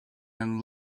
and